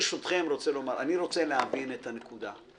ברשותכם, אני רוצה להבין את הנקודה.